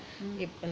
mm